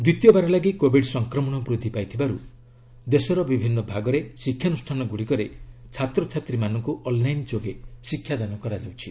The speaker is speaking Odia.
ଦ୍ୱିତୀୟବାର ଲାଗି କୋବିଡ୍ ସଂକ୍ରମଣ ବୃଦ୍ଧି ପାଇଥିବାରୁ ଦେଶର ବିଭିନ୍ନ ଭାଗରେ ଶିକ୍ଷାନୁଷ୍ଠାନ ଗୁଡ଼ିକରେ ଛାତ୍ରଛାତ୍ରୀମାନଙ୍କୁ ଅନ୍ଲାଇନ୍ ଯୋଗେ ଶିକ୍ଷାଦାନ କରାଯାଉଛି